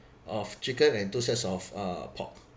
of chicken and two sets of uh pork